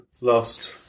last